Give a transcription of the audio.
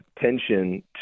tension